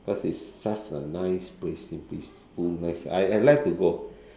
because it's such a nice place peaceful nice I I like to go